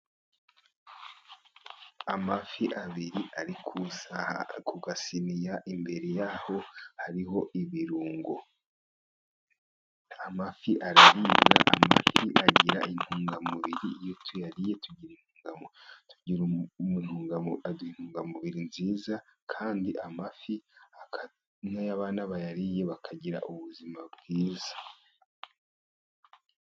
Amafi abiri ari ku gasiniya imbere yaho hariho ibirungo. Amafi araribwa, amafi agira intungamubiri, iyo tuyariye aduha intungamubiri nziza, kandi amafi iyo abana bayariye bagira ubuzima bwiza.